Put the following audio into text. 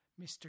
mr